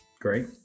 Great